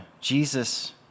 Jesus